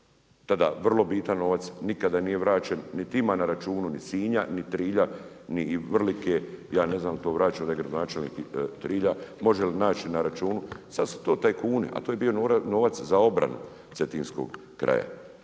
tada vrlo bitan novac nikada nije vraćen niti ima na računu ni Sinja ni Trilja ni Vrlike. Ja ne znam jel' to vraćeno gradonačelnik Trilja? Može li naći na računu? Sad su to tajkuni, a to je bio novac za obranu cetinskog kraja.